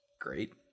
great